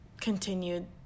continued